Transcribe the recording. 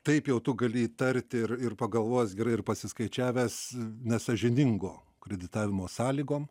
taip jau tu gali įtarti ir ir pagalvojęs gerai ir pasiskaičiavęs nesąžiningo kreditavimo sąlygom